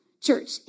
church